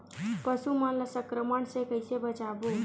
पशु मन ला संक्रमण से कइसे बचाबो?